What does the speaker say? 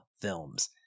films